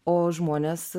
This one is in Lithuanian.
o žmonės